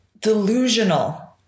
delusional